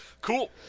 Cool